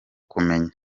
kumenya